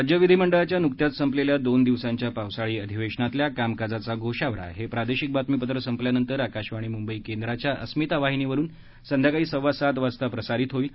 राज्य विधिमंडळाच्या नुकत्याच संपलेल्या दोन दिवसांच्या पावसाळी अधिवेशातल्या कामकाजाचा गोषवारा हे प्रादेशिक बातमीपत्र संपल्यानंतर आकाशवाणी मुंबई केंद्राच्या अस्मिता वाहिनीवरून संध्याकाळी सव्वा सात वाजता प्रसारित होणार आहे